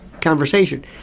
conversation